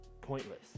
pointless